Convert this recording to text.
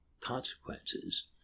consequences